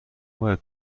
باید